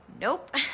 nope